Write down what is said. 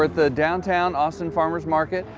the downtown austin farmers' market.